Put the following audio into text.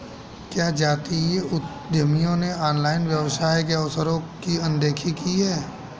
क्या जातीय उद्यमियों ने ऑनलाइन व्यवसाय के अवसरों की अनदेखी की है?